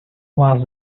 was